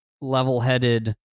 level-headed